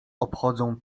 obchodzą